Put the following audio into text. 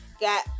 got